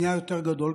נהיה יותר גדול.